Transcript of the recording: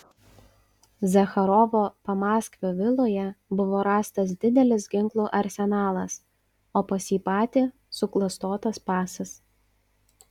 zacharovo pamaskvio viloje buvo rastas didelis ginklų arsenalas o pas jį patį suklastotas pasas